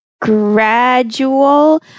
gradual